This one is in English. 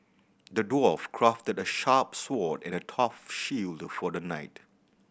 the dwarf crafted a sharp sword and a tough shield for the knight